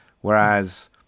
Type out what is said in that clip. whereas